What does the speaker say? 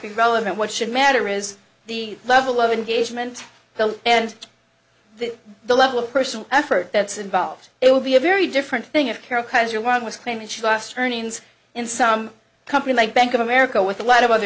be relevant what should matter is the level of engagement the and the the level of personal effort that's involved it will be a very different thing if carol kaiser one was claiming she last earnings in some company like bank of america with a lot of other